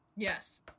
Yes